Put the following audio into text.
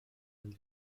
einen